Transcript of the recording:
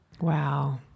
Wow